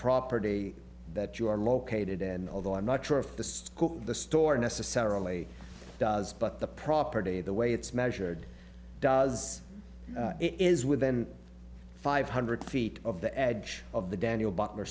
property that you are located and although i'm not sure of the school the store necessarily does but the property the way it's measured does is within five hundred feet of the edge of the daniel bottler